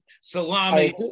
salami